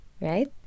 Right